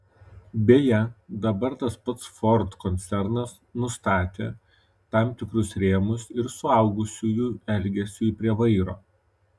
beje dabar tas pats ford koncernas nustatė tam tikrus rėmus ir suaugusiųjų elgesiui prie vairo